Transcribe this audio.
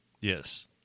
Yes